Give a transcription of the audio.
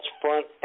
front